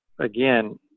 again